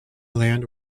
land